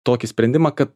tokį sprendimą kad